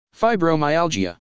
Fibromyalgia